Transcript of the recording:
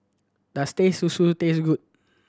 does Teh Susu taste good